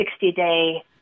60-day